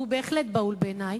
והוא בהחלט בהול בעיני,